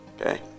Okay